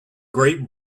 great